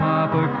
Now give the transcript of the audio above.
Papa